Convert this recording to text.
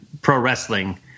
pro-wrestling